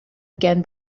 again